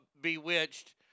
Bewitched